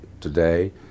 today